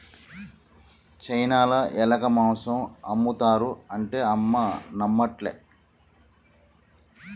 చైనాల ఎలక మాంసం ఆమ్ముతారు అంటే అమ్మ నమ్మట్లే